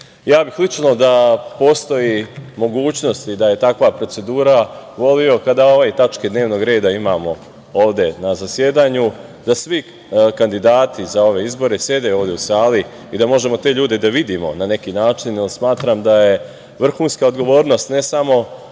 bih da postoji mogućnost i da je takva procedura voleo kada ovu tačku dnevnog reda imamo ovde na zasedanju, da svi kandidati za ove izbore sede u ovoj sali i da možemo te ljude da vidimo na neki način, jer smatram da je vrhunska odgovornost ne samo